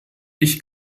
ich